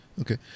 Okay